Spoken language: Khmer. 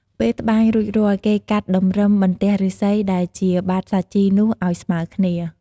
ពេលត្បាញរួចរាល់ គេកាត់តម្រឹមបន្ទះឫស្សីដែលជាបាតសាជីនោះឲ្យស្មើគ្នា។